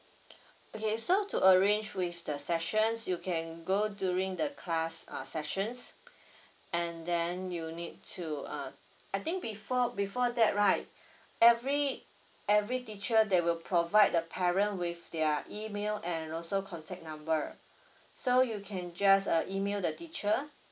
okay so to arrange with the sessions you can go during the class err sessions and then you need to err I think before before that right every every teacher they will provide the parent with their email and also contact number so you can just err email the teacher